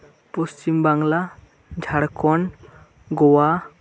Paschim Bangla Jharkhand Goa